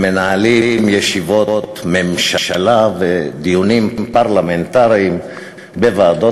מנהלים ישיבות ממשלה ודיונים פרלמנטריים בוועדות